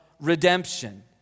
Redemption